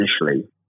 initially